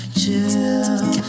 chill